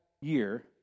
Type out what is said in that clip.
year